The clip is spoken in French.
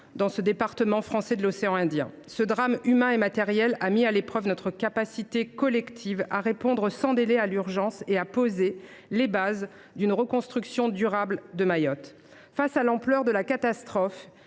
dans ce département français de l’océan Indien. Ce drame humain et matériel a mis à l’épreuve notre capacité collective à répondre sans délai à l’urgence et à poser les bases d’une reconstruction durable de Mayotte. Face à l’ampleur de la catastrophe,